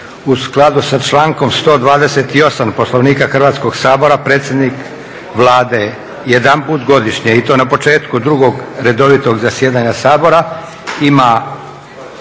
U skladu sa Člankom 128. Poslovnika Hrvatskoga sabora predsjednik Vlade jedanput godišnje i to na početku drugog redovitog zasjedanja Sabora usmeno